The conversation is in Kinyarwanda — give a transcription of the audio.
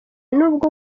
nubwo